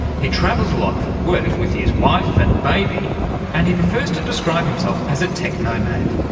he travels a lot for work with his wife and baby and he prefers to describe himself as a technomad.